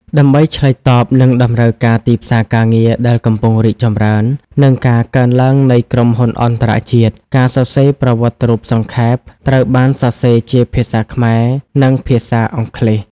ដើម្បីឆ្លើយតបនឹងតម្រូវការទីផ្សារការងារដែលកំពុងរីកចម្រើន និងការកើនឡើងនៃក្រុមហ៊ុនអន្តរជាតិ ការសរសេរប្រវត្តិរូបសង្ខេប ត្រូវបានសរសេរជាភាសាខ្មែរ និងភាសាអង់គ្លេស។